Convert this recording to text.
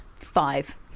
Five